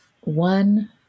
One